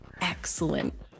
excellent